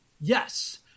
Yes